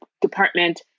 department